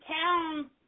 town